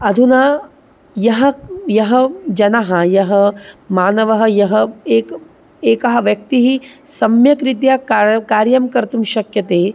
अधुना यः यः जनः यः मानवः यः एकः एकः व्यक्तिः सम्यक्रीत्या कार् कार्यं कर्तुं शक्यते